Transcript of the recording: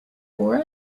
for